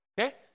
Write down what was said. okay